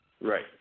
Right